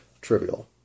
trivial